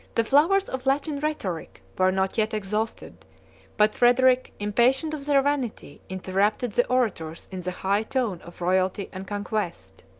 the flowers of latin rhetoric were not yet exhausted but frederic, impatient of their vanity, interrupted the orators in the high tone of royalty and conquest.